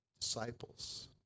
disciples